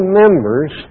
members